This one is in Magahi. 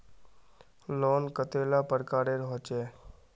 लोन कतेला प्रकारेर होचे?